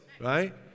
right